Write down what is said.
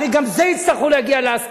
הרי גם על זה יצטרכו להגיע להסכמה.